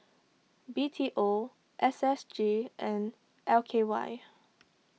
B T O S S G and L K Y